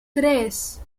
tres